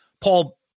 Paul